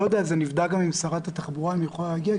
גם עם שרת התחבורה האם היא יכולה להגיע?